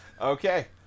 Okay